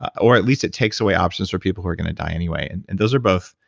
or at least it takes away options for people who are gonna die anyway. and and those are both